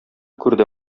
күрде